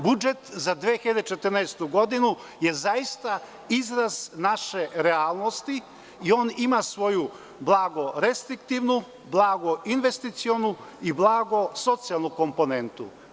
Budžet za 2014. godinu je zaista izraz naše realnosti i on ima svoju blago restriktivnu, blago investicionu i blago socijalnu komponentu.